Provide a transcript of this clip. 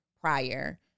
prior